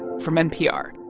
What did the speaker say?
from npr